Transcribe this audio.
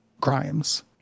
crimes